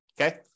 Okay